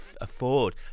afford